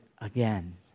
again